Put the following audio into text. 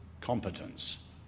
competence